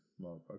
Motherfucker